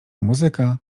muzyka